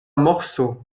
morceau